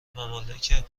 ممالک